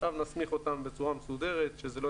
עכשיו נסמיך אותם בצורה מסודרת שזה לא